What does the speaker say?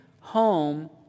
home